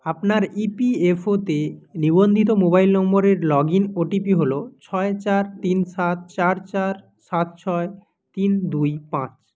আপনার E P F O তে নিবন্ধিত মোবাইল নম্বরের লগ ইন ওটিপি হল ছয় চার তিন সাত চার চার সাত ছয় তিন দুই পাঁচ